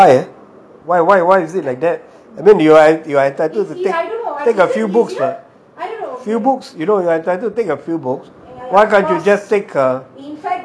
why why why why is it like that I mean you are entitled to take a few books what few books you know you are entilted to take a few books why can't you just take ugh